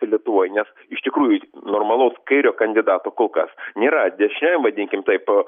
lietuvoj nes iš tikrųjų normalaus kairio kandidato kol kas nėra dešiniajam vadinkim taip